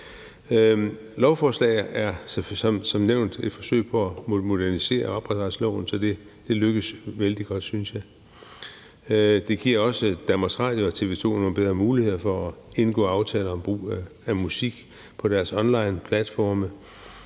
Lovforslaget er som nævnt et forsøg på at modernisere ophavsretsloven, og det lykkes vældig godt, synes jeg. Det giver også DR og TV 2 nogle bedre muligheder for at indgå aftaler om brug af musik på deres onlineplatforme